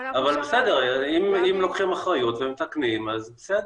אבל בסדר, אם לוקחים אחריות ומתקנים, בסדר.